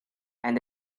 and